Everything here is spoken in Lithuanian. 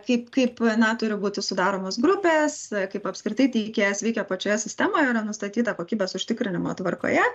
kaip kaip na turi būti sudaromos grupės kaip apskritai teikėjas veikia pačioje sistemoje yra nustatyta kokybės užtikrinimo tvarkoje